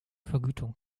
vergütung